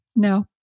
No